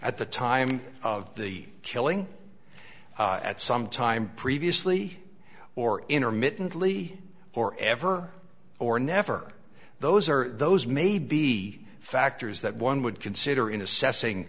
at the time of the killing at some time previously or intermittently or ever or never those are those may be the factors that one would consider in assessing